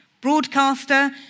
broadcaster